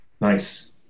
Nice